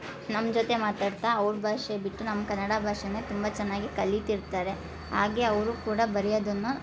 ನಮ್ಮ ಜೊತೆ ಮಾತಾಡ್ತಾ ಅವ್ರ ಭಾಷೆ ಬಿಟ್ಟು ನಮ್ಮ ಕನ್ನಡ ಭಾಷೆನ ತುಂಬ ಚೆನ್ನಾಗಿ ಕಲೀತಿರ್ತಾರೆ ಹಾಗೇ ಅವರೂ ಕೂಡ ಬರಿಯೋದುನ್ನ